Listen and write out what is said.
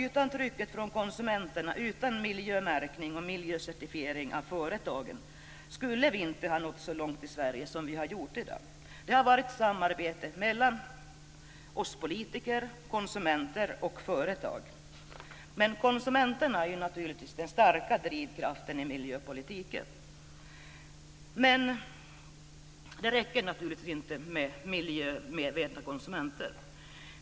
Utan trycket från konsumenterna, utan miljömärkning och miljöcertifiering av företagen skulle vi inte ha nått så långt i Sverige som vi gjort i dag. Det har varit samarbete mellan oss politiker, konsumenter och företag. Men konsumenterna är naturligtvis den starka drivkraften i miljöpolitiken. Det räcker inte med miljömedvetna konsumenter.